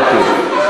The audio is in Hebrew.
אוקיי.